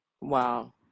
wow